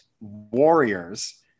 Warriors